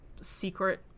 secret